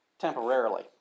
Temporarily